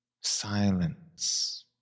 silence